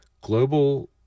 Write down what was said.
Global